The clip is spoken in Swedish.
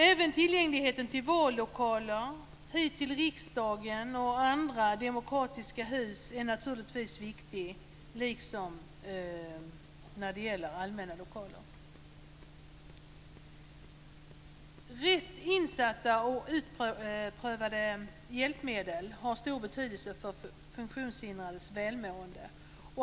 Även tillgängligheten när det gäller vallokaler, riksdagen och andra "demokratiska hus" är naturligtvis viktig, liksom när det gäller allmänna lokaler. Rätt insatta och utprövade hjälpmedel har stor betydelse för funktionshindrades välmående.